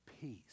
peace